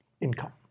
income